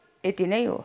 यति नै हो